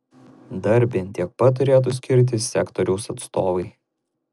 dar bent tiek pat turėtų skirti sektoriaus atstovai